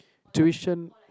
tuition